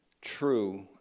true